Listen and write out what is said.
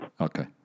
Okay